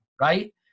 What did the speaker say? right